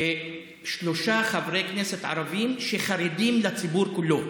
שלושה חברי כנסת ערבים שחרדים לציבור כולו.